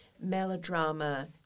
melodrama